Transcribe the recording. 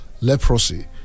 leprosy